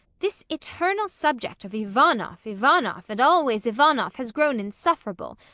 this eternal subject of ivanoff, ivanoff, and always ivanoff has grown insufferable,